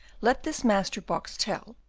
let this master boxtel,